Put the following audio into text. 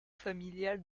familial